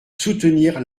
soutenir